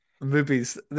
Movies